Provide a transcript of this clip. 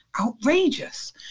outrageous